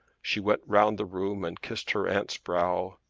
she went round the room and kissed her aunt's brow.